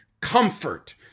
comfort